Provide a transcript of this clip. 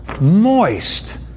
moist